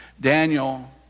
Daniel